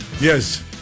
Yes